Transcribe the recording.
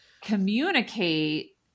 communicate